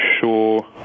sure